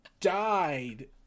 died